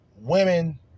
women